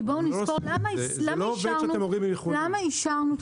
כי בואו נזכור למה אישרנו --- זה לא עובד כשאתם אומרים 'יכולים'.